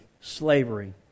Slavery